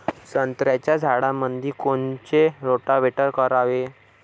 संत्र्याच्या झाडामंदी कोनचे रोटावेटर करावे?